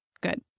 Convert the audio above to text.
good